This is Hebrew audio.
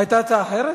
היתה הצעה אחרת?